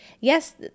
yes